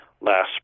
last